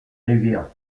rivière